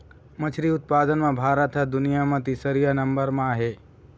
मछरी उत्पादन म भारत ह दुनिया म तीसरइया नंबर म आहे